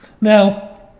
Now